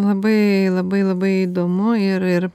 labai labai labai įdomu ir ir